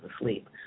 asleep